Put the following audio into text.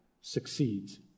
succeeds